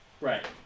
Right